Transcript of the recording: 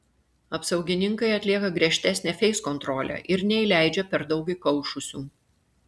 apsaugininkai atlieka griežtesnę feiskontrolę ir neįleidžia per daug įkaušusių